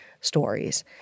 stories